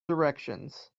directions